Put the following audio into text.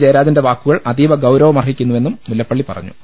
ജയരാജന്റെ വാക്കുകൾ അതീവ ഗൌരവമർഹിക്കുന്നുവെന്നും മുല്ലപ്പള്ളി പറഞ്ഞു